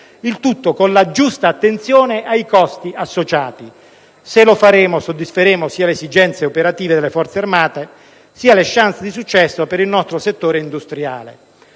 Il tutto con la giusta attenzione ai costi associati. Se lo faremo, soddisferemo sia le esigenze operative delle Forze armate sia le *chance* di successo per il nostro settore industriale.